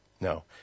No